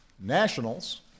nationals